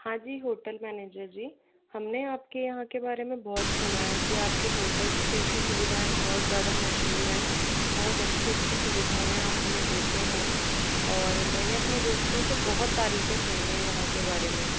हाँ जी hotel manager ji हमने आपके यहाँ के बारे में बहुत सुना है कि आपके होटल स्टे की सुविधाएं बहुत ज़्यादा मशहूर हैं बहुत अच्छी अच्छी सुविधाएं आप हमें देते हैं और मैंने अपने दोस्तों से बहुत तरीफ़े सुनी हैं यहाँ के बारे में